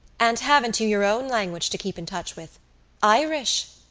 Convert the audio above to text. and haven't you your own language to keep in touch with irish?